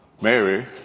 Mary